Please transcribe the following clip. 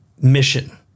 mission